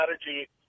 strategy